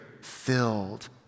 filled